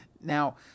Now